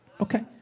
Okay